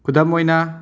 ꯈꯨꯗꯝ ꯑꯣꯏꯟ